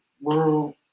world